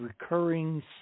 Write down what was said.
recurring